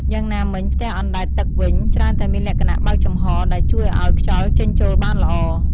យ៉ាងណាមិញ ផ្ទះអណ្ដែតទឹកវិញ ច្រើនតែមានលក្ខណៈបើកចំហរ ដែលជួយឲ្យខ្យល់ចេញចូលបានល្អ។